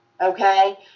okay